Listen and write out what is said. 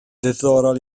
ddiddorol